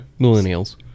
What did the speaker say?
Millennials